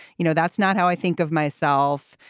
you know, that's not how i think of myself.